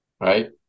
right